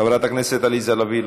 חברת הכנסת עליזה לביא,